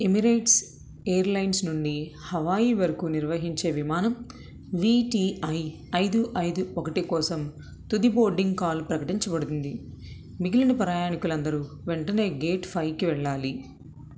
Emirates airlines నుండి Hawaii వరకు నిర్వహించే విమానం వి టీ ఐ ఐదు ఐదు ఒకటి కోసం తుది బోర్డింగ్ కాల్ ప్రకటించబడుతుంది మిగిలిన ప్రయాణికులందరూ వెంటనే గేట్ ఫైవ్కి వెళ్ళాలి